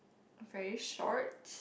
very short